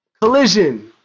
Collision